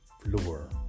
floor